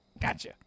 Gotcha